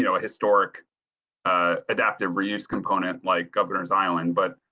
you know a historic ah adaptive reuse component like governors island, but.